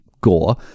gore